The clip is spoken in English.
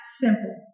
simple